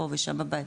פה ושם בבית,